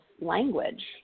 language